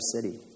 city